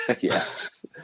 Yes